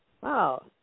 wow